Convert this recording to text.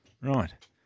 Right